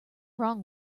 wrong